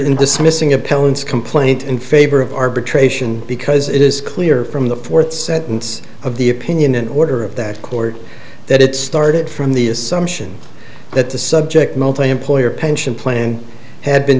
in dismissing appellants complaint in favor of arbitration because it is clear from the fourth sentence of the opinion in order of that court that it started from the assumption that the subject multiemployer pension plan had been